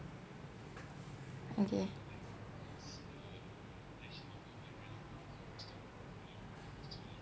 okay